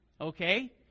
okay